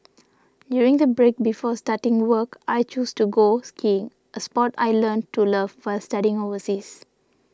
during the break before starting work I chose to go skiing a sport I learnt to love while studying overseas